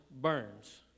burns